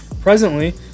Presently